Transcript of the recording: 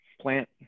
plant